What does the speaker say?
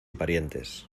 parientes